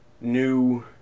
new